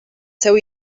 seu